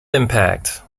impact